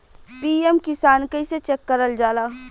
PM Kisan कइसे check करल जाला?